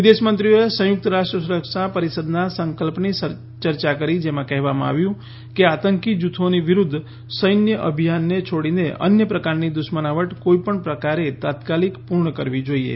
વિદેશ મંત્રીઓએ સંયુક્ત રાષ્ટ્ર સુરક્ષા પરિષદના સંકલ્પની ચર્ચા કરી જેમાં કહેવામાં આવ્યું કે આતંકી જૂથોની વિરૂદ્ધ સૈન્ય અભિયાનને છોડીને અન્ય પ્રકારની દુશ્મનાવટ કોઇપણ પ્રકારે તાત્કાલિક પૂર્ણ કરવી જોઇએ